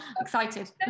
excited